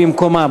או במקומה.